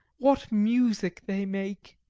what music they make!